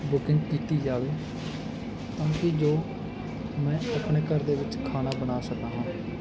booking ਕੀਤੀ ਜਾਵੇ ਤਾਂ ਕਿ ਜੋ ਮੈਂ ਆਪਣੇ ਘਰ ਦੇ ਵਿੱਚ ਖਾਣਾ ਬਣਾ ਸਕਾਂ ਹਾਂ